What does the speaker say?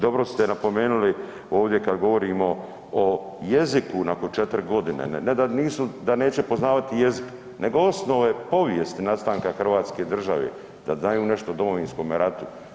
Dobro ste napomenuli ovdje kada govorimo o jeziku nakon četiri godine, ne da neće poznavati jezik nego osnove povijesti nastanka Hrvatske države, da znaju nešto o Domovinskom ratu.